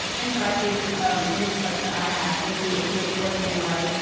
and so i think a recent question that i had would be if we were to analyze,